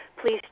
please